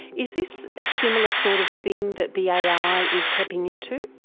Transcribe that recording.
is this a similar sort of thing that the ai is tapping into?